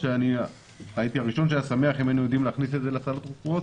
אני לא רוצה לגעת בכל נושא פגועי הנפש שמקומם וכבודם מונח במקומו.